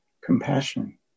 compassion